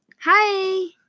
Hi